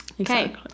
okay